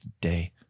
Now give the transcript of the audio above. day